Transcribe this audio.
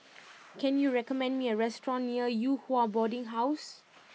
can you recommend me a restaurant near Yew Hua Boarding House